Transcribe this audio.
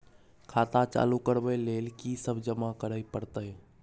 खाता चालू करबै लेल की सब जमा करै परतै?